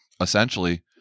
essentially